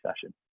session